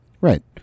Right